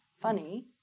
funny